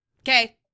Okay